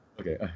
Okay